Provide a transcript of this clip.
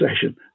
session